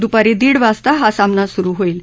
द्पारी दीड वाजता हा सामना सुरु होईल